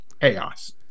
Chaos